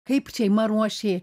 kaip šeima ruošė